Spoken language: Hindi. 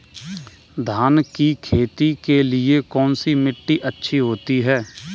धान की खेती के लिए कौनसी मिट्टी अच्छी होती है?